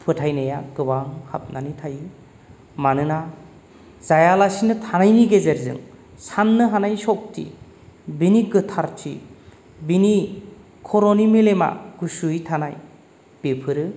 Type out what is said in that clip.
फोथायनाया गोबां हाबनानै थायो मानोना जायालासिनो थानायनि गेजेरजों साननो हानाय सख्थि बेनि गोथारथि बेनि खर'नि मेलेमा गुसुयै थानाय बेफोरो